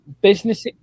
Business